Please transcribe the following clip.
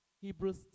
Hebrews